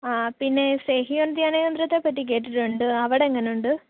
ആ പിന്നെ സെഹിയോൻ ധ്യാന കേന്ദ്രത്തെ പറ്റി കേട്ടിട്ടുണ്ട് അവിടെ എങ്ങനെ ഉണ്ട്